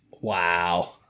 Wow